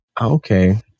okay